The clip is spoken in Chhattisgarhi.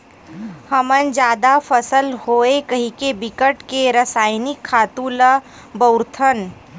हमन जादा फसल होवय कहिके बिकट के रसइनिक खातू ल बउरत हन